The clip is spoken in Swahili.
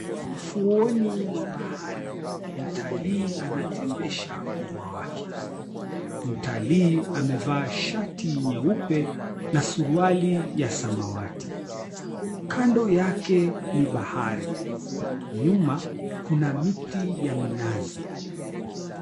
Ufuoni mwa bahari mtalii anatembesha mbwa wake, mtalii amevaa shati nyeupe na suruali ya samawati. kando yake ni bahari, nyuma kuna miti ya minazi.